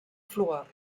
fluor